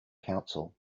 council